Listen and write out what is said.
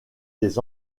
des